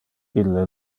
ille